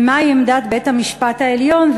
מה היא עמדת בית-המשפט העליון,